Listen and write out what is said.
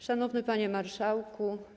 Szanowny Panie Marszałku!